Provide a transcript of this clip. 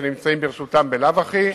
שעומדים לרשותם בלאו הכי,